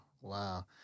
Wow